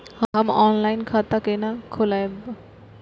हम ऑनलाइन खाता केना खोलैब?